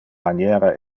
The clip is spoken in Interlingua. maniera